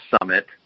summit